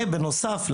בנוסף,